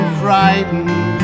frightened